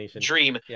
dream